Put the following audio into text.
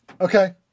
okay